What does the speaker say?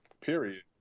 period